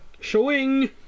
Showing